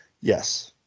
Yes